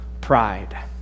pride